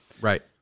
Right